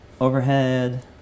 overhead